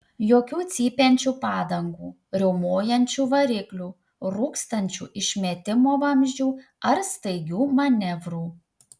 jokių cypiančių padangų riaumojančių variklių rūkstančių išmetimo vamzdžių ar staigių manevrų